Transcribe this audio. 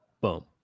Boom